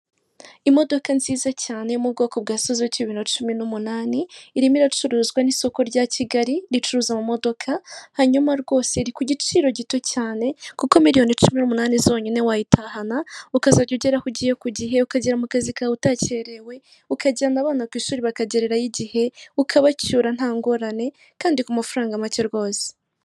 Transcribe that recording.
Imodoka nziza cyane yo mu bwoko bwa suzuki bibiri na cumi n'umunani, irimo iracuruzwa n'isoko rya Kigali ricuruza amamodoka, hanyuma rwose iri ku giciro gito cyane kuko miliyoni cumi n'umunani zonyine wayitahana, ukazajya ugeraho ugiye ku gihe, ukagera mu kazi kawe utakerewe, ukajyana abana ku ishuri bakagererayo igihe, ukabacyura nta ngorane, kandi ku mafaranga make rwose.